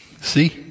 See